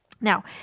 Now